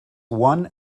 one